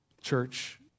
church